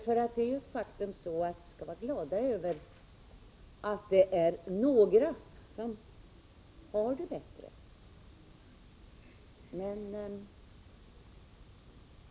Vi skall de facto vara glada över att det är några som har det bättre.